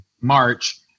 March